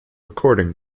recording